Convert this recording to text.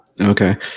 Okay